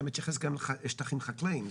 אתה מתייחס גם לשטחים חקלאיים.